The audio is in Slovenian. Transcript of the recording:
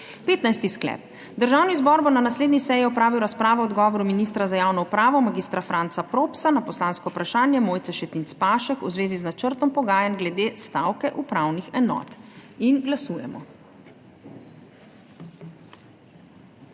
sklep: Državni zbor bo na naslednji seji opravil razpravo o odgovoru ministra za javno upravo mag. Franca Propsa na poslansko vprašanje Mojce Šetinc Pašek v zvezi z načrtom pogajanj glede stavke upravnih enot. Glasujemo.